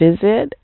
visit